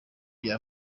bya